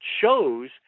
shows